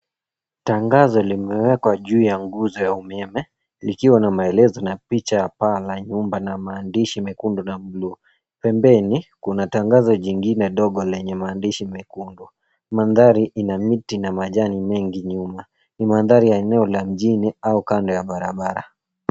Tangazo limewekwa juu ya nguzo ya umeme likiwa na maelezo na picha ya paa la nyumba na maandishi mekundu na buluu. Pembeni kuna tangazo jingine ndogo lenye maandishi mekundu. Mandhari ina miti na majani mengi nyuma. Ni mandhari ya eneo la mjini au kando ya barabara.